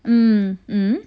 mm mm